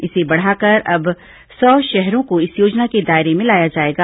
इसे बढ़ाकर अब सौ शहरों को इस योजना के दायरे में लाया जाएगा